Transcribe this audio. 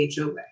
HOA